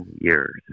years